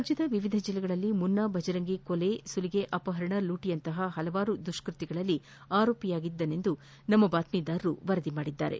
ರಾಜ್ಲದ ವಿವಿಧ ಜಿಲ್ಲೆಗಳಲ್ಲಿ ಮುನ್ನಾ ಭಜರಂಗಿ ಕೊಲೆ ಸುಲಿಗೆ ಅಪಹರಣ ಲೂಟಿಯಂತಹ ಪಲವಾರು ದುಷ್ನತ್ನಗಳಲ್ಲಿ ಆರೋಪಿಯಾಗಿದ್ಲಾನೆಂದು ನಮ್ನ ಬಾತ್ನೀದಾರರು ವರದಿ ಮಾಡಿದ್ಲಾರೆ